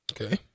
Okay